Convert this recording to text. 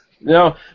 No